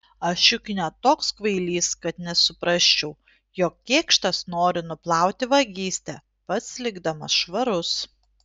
aš juk ne toks kvailys kad nesuprasčiau jog kėkštas nori nuplauti vagystę pats likdamas švarus